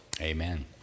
Amen